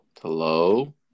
Hello